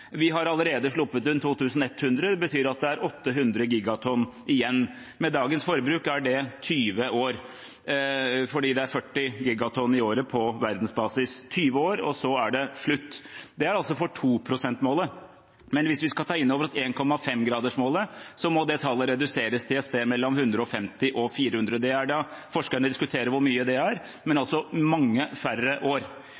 Vi har allerede sluppet ut 2 100 gigatonn. Det betyr at det er 800 gigatonn igjen. Med dagens forbruk er det 20 år, for det er 40 gigatonn i året på verdensbasis. 20 år – og så er det slutt. Det er altså for 2-prosentmålet. Men hvis vi skal ta inn over oss 1,5-gradersmålet, må tallet reduseres til et sted mellom 150 og 400. Forskerne diskuterer hvor mye det er, men